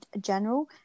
general